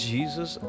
Jesus